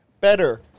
better